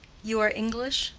you are english?